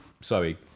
sorry